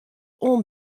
oan